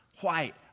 white